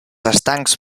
estancs